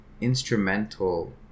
instrumental